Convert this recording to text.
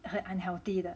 很 unhealthy 的